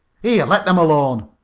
here, let them alone,